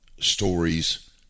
stories